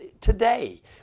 Today